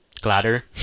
gladder